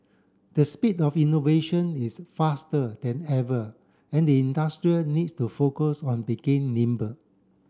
the speed of innovation is faster than ever and the industrial needs to focus on begin nimble